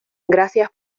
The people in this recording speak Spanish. gracias